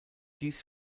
dies